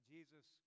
Jesus